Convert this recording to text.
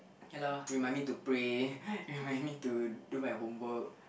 ya lah remind to pray remind me to do my homework